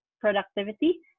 productivity